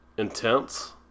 Intense